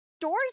Door's